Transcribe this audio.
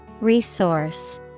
Resource